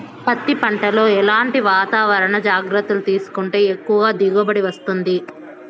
పత్తి పంట లో ఎట్లాంటి వాతావరణ జాగ్రత్తలు తీసుకుంటే ఎక్కువగా దిగుబడి వస్తుంది?